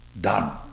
done